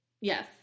Yes